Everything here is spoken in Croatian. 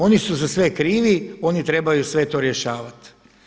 Oni su za sve krivi, oni trebaju sve to rješavati.